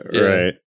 Right